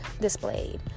displayed